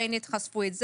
YNET חשפו את זה.